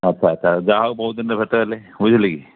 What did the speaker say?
ଆଚ୍ଛା ଆଚ୍ଛା ଯା ହଉ ବହୁତ ଦିନରେ ଭେଟ ହେଲେ ବୁଝିଲେ କି